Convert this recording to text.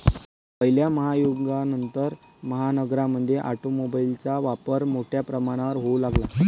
पहिल्या महायुद्धानंतर, महानगरांमध्ये ऑटोमोबाइलचा वापर मोठ्या प्रमाणावर होऊ लागला